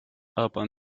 upon